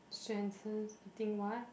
Swensen's eating what